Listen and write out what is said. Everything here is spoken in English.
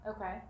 Okay